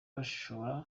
bashobora